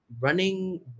running